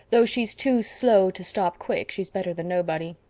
though she's too slow to stop quick, she's better than nobody.